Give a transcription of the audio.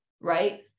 right